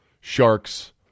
sharks